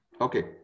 Okay